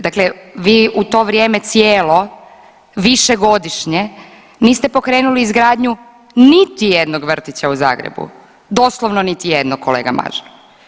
Dakle, vi u to vrijeme cijelo, višegodišnje niste pokrenuli izgradnju niti jednog vrtića u Zagrebu, doslovno niti jednog kolega Mažar.